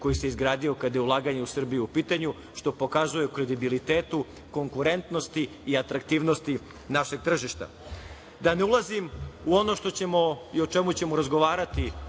koji se izgradio kada je ulaganje u Srbiju u pitanju, što se pokazuje u kredibilitetu, konkurentnosti i atraktivnosti našeg tržišta. Da ne ulazim u ono što ćemo i o čemu ćemo razgovarati